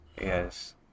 Yes